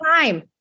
time